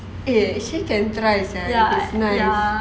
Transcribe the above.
ya ya